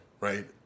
right